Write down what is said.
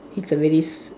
it's a very s~